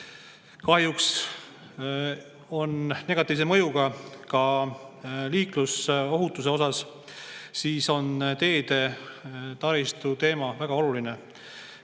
kahjuks negatiivse mõjuga liiklusohutusele, on teede taristu teema väga oluline.